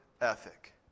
ethic